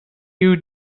you